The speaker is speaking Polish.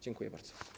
Dziękuję bardzo.